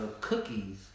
cookies